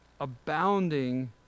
Abounding